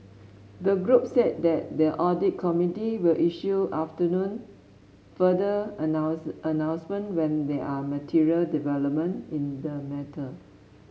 the group said that the audit committee will issue afternoon further announce announcement when there are material development in the matter